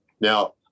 Now